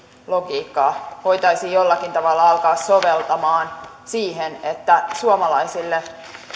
logiikkaa voitaisiin jollakin tavalla alkaa soveltamaan siihen että suomalaisille